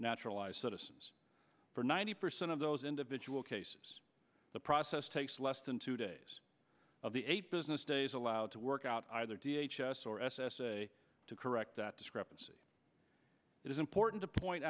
naturalized citizens or ninety percent of those in the jewel case the process takes less than two days of the eight business days allowed to work out either d h s or s s a to correct that discrepancy it is important to point